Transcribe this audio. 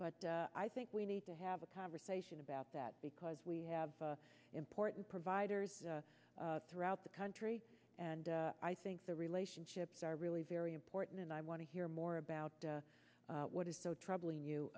but i think we need to have a conversation about that because we have important providers throughout the country and i think the relationships are really very important and i want to hear more about what is so troubling you